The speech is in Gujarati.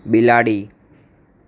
બિલાડી